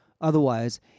otherwise